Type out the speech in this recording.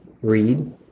read